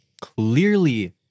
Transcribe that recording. Clearly